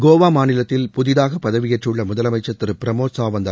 கோவா மாநிலத்தில் புதிதாக பதவியேற்றுள்ள முதலமைச்சர் திரு பிரமோத் சாவந்த்